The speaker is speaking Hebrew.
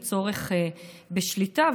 צורך בשליטה,